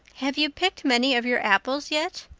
have you picked many of your apples yet?